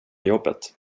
jobbet